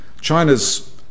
China's